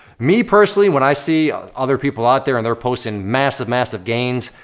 me personally, when i see other people out there and they're posting massive, massive gains,